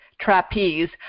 trapeze